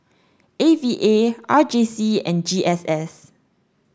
A V A R J C and G S S